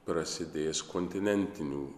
prasidės kontinentinių